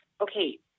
Okay